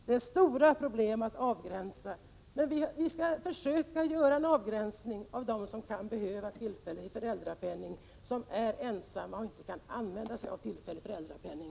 Det är stora problem att avgränsa allt detta, men vi skall försöka göra en avgränsning av dem som kan behöva tillfällig föräldrapenning, men som är ensamma och därför inte kan utnyttja den.